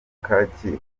kacyiru